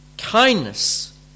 kindness